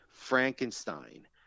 Frankenstein